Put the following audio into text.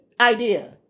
idea